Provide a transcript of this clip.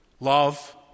Love